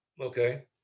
okay